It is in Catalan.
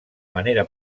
manera